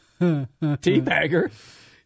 teabagger